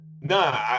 Nah